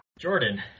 Jordan